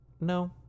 no